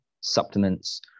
supplements